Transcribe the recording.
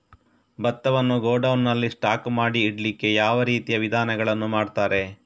ಭತ್ತವನ್ನು ಗೋಡೌನ್ ನಲ್ಲಿ ಸ್ಟಾಕ್ ಮಾಡಿ ಇಡ್ಲಿಕ್ಕೆ ಯಾವ ರೀತಿಯ ವಿಧಾನಗಳನ್ನು ಮಾಡ್ತಾರೆ?